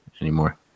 anymore